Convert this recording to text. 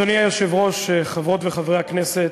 אדוני היושב-ראש, חברות וחברי הכנסת,